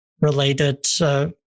related